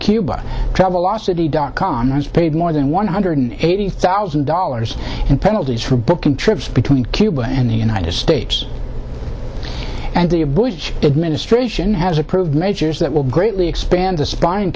cuba travelocity dot com has paid more than one hundred eighty thousand dollars in penalties for booking trips between cuba and the united states and the a bush administration has approved measures that will greatly expand the spin